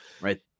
right